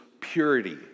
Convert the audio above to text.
purity